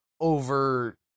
over